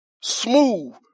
Smooth